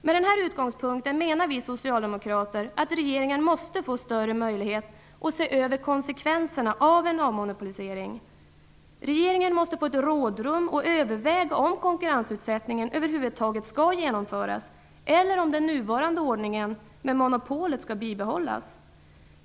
Med den utgångspunkten menar vi socialdemokrater att regeringen måste få större möjlighet att se över konsekvenserna av en avmonopolisering. Regeringen måste få ett rådrum för att överväga om konkurrensutsättningen över huvud taget skall genomföras eller om den nuvarande ordningen med monopolet skall bibehållas.